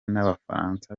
n’abafaransa